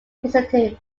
presented